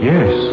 Yes